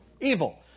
Evil